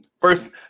first